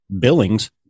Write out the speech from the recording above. Billings